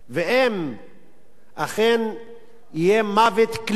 ואם אכן יהיה מוות קליני